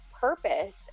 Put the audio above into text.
purpose